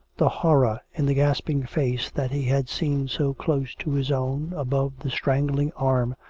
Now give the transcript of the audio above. the horror in the gasping face that he had seen so close to his own, above the strangling arm,